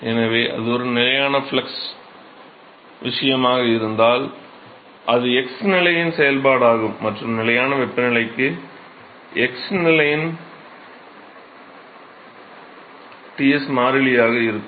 எனவே அது ஒரு நிலையான ஃப்ளக்ஸ் விஷயமாக இருந்தால் அது x நிலையின் செயல்பாடாகும் மற்றும் நிலையான வெப்பநிலைக்கு x இன் Ts மாறிலியாக இருக்கும்